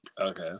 Okay